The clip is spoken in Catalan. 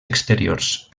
exteriors